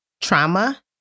trauma